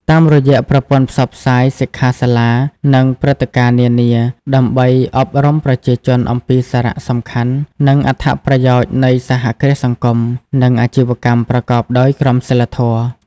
តាមរយៈប្រព័ន្ធផ្សព្វផ្សាយ សិក្ខាសាលា និងព្រឹត្តិការណ៍នានា ដើម្បីអប់រំប្រជាជនអំពីសារៈសំខាន់ និងអត្ថប្រយោជន៍នៃសហគ្រាសសង្គម និងអាជីវកម្មប្រកបដោយក្រមសីលធម៌ ។